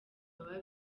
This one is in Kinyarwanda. baba